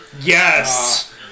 Yes